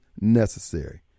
necessary